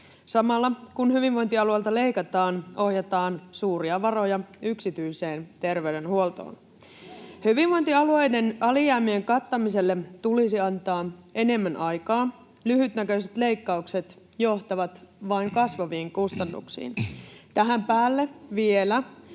Samalla kun hyvinvointialueilta leikataan, ohjataan suuria varoja yksityiseen terveydenhuoltoon. [Ben Zyskowiczin välihuuto] Hyvinvointialueiden alijäämien kattamiselle tulisi antaa enemmän aikaa. Lyhytnäköiset leikkaukset johtavat vain kasvaviin kustannuksiin, ja tähän päälle vielä